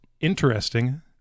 interesting